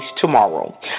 tomorrow